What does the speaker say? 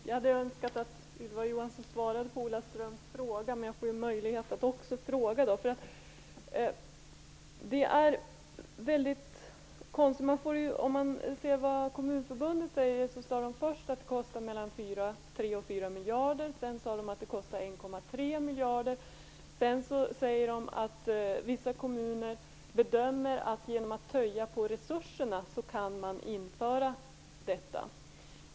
Fru talman! Jag önskar att Ylva Johansson hade svarat på Ola Ströms fråga, men jag får ju nu också möjlighet att fråga. Kommunförbundet sade först att detta skulle kosta mellan 3 och 4 miljarder. Sedan sade man att det skulle kosta 1,3 miljarder. Vidare har man sagt att vissa kommuner bedömer att de kan införa detta genom att töja på resurserna.